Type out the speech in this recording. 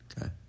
Okay